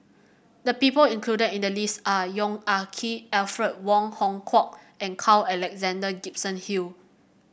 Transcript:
the people included in the list are Yong Ah Kee Alfred Wong Hong Kwok and Carl Alexander Gibson Hill